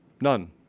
None